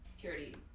purity